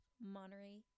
Monterey